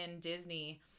Disney